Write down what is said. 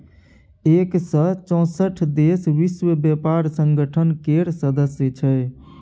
एक सय चौंसठ देश विश्व बेपार संगठन केर सदस्य छै